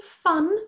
fun